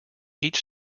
each